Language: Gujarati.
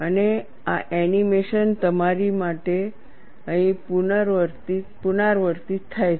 અને આ એનિમેશન તમારી સુવિધા માટે અહીં પુનરાવર્તિત થાય છે